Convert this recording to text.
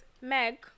Meg